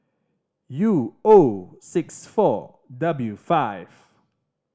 U O six four W five